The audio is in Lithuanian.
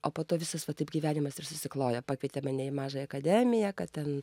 o po to visas va taip gyvenimas ir susiklojo pakvietė mane į mažąją akademiją kad ten